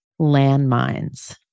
landmines